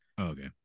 Okay